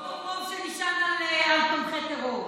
לא רוצים רוב שנשען על תומכי טרור.